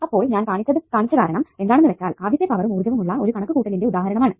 അപ്പോൾ ഞാൻ കാണിച്ച കാരണം എന്താണെന്നു വെച്ചാൽ ആദ്യത്തെ പവറും ഊർജ്ജവും ഉള്ള ഒരു കണക്കുകൂട്ടലിന്റെ ഉദാഹരണമാണ്